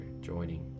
joining